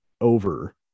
over